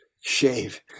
shave